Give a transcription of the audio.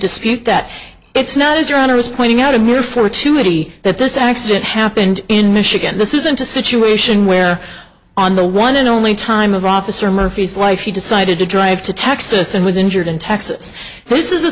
dispute that it's not as your honor is pointing out a mere fortuity that this accident happened in michigan this isn't a situation where on the one and only time of officer murphy's life he decided to drive to texas and was injured in texas this is a